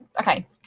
okay